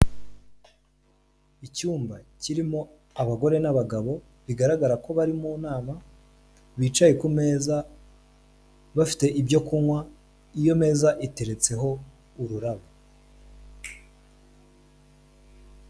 Icyumba kirimo abagore n'abagabo bigaragara ko bari mu nama bicaye ku meza bafite ibyo kunywa iyo meza iteretseho ururabo.